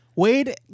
Wade